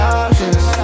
options